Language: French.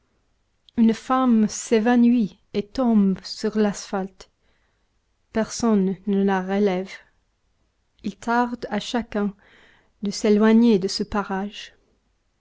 une femme s'évanouit et tombe sur l'asphalte personne ne la relève il tarde à chacun de s'éloigner de ce parage